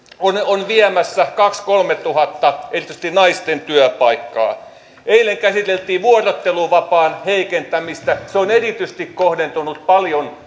on viemässä kaksituhatta viiva kolmetuhatta erityisesti naisten työpaikkaa eilen käsiteltiin vuorotteluvapaan heikentämistä se on erityisesti kohdentunut paljon